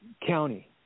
county